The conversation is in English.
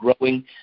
growing